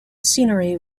scenery